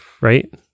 Right